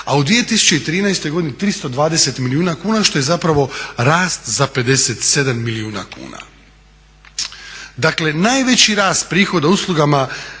a u 2013. godini 320 milijuna kuna što je zapravo rast za 57 milijuna kuna. Dakle, najveći rast prihoda uslugama